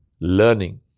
learning